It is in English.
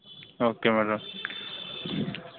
okay madam